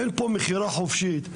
אין כאן מכירה חופשית.